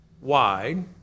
wide